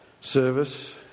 service